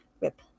rip